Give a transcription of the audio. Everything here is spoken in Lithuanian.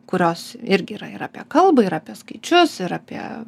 kurios irgi yra ir apie kalbą ir apie skaičius ir apie